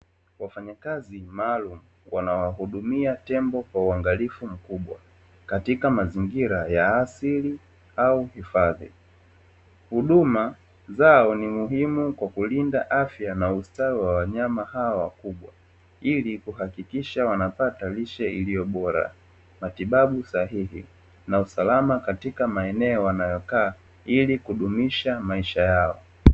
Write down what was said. Wafanyakazi maalumu wanawahudumia tembo kwa uangalifu mkubwa katika mazingira ya asili au hifadhi. Huduma zao ni muhimu kwa kulinda afya na ustawi wa wanyama hawa wakubwa, ili kuhakikisha wanapata lishe iliyo bora, matibabu sahihi, na usalama katika maeneo wanayokaa, ili kudumisha maisha yao.